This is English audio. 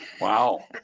Wow